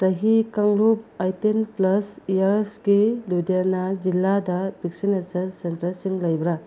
ꯆꯍꯤ ꯀꯥꯡꯂꯨꯞ eighteen plus ꯏꯌꯥꯔꯁꯀꯤ ꯂꯨꯗꯦꯅꯥ ꯖꯤꯂꯥꯗ ꯕꯦꯛꯁꯤꯅꯦꯁꯟ ꯁꯦꯟꯇꯔꯁꯤꯡ ꯂꯩꯕ꯭ꯔꯥ